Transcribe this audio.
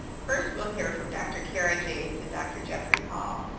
first we'll hear from dr. cara james and dr. jeffery hall,